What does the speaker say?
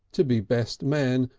to be best man,